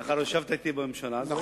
מאחר שישבת אתי בממשלה, אז ראית.